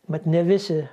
mat ne visi